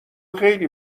خیلی